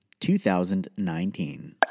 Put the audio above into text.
2019